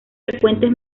frecuentes